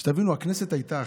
תבינו, הכנסת הייתה אחרת.